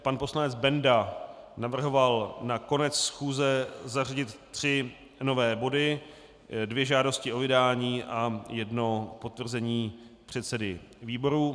Pan poslanec Benda navrhoval na konec schůze zařadit tři nové body, dvě žádosti o vydání a jedno potvrzení předsedy výboru.